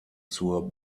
zur